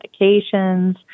medications